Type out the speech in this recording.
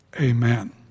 amen